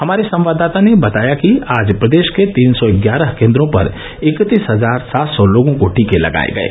हमारे संवाददाता ने बताया कि आज प्रदेश के तीन सौ ग्यारह केन्द्रों पर इकतीस हजार सात सौ लोगों को टीके लगाये गयें